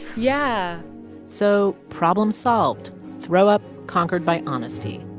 yeah so problem solved throw up conquered by honesty.